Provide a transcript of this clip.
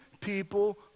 people